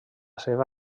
seva